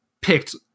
picked